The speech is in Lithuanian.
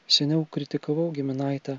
seniau kritikavau giminaitę